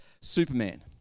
Superman